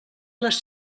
les